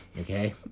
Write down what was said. okay